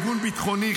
ארגון ביטחוני,